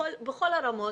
בכל הרמות,